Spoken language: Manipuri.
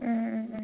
ꯎꯝ ꯎꯝ ꯎꯝ